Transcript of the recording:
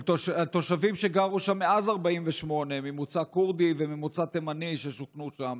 של תושבים שגרו שם מאז 48' ממוצא כורדי וממוצא תימני ששוכנו שם,